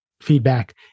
feedback